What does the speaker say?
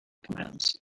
commands